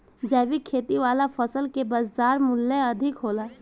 जैविक खेती वाला फसल के बाजार मूल्य अधिक होला